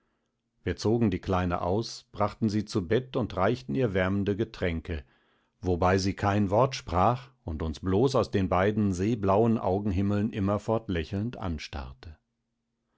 wir zogen die kleine aus brachten sie zu bett und reichten ihr wärmende getränke wobei sie kein wort sprach und uns bloß aus den beiden seeblauen augenhimmeln immerfort lächelnd anstarrte